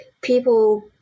people